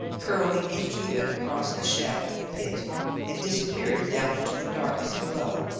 curling into and across the shaft of the pit and disappearing down into the darkness below,